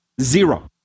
Zero